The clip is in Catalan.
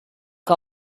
que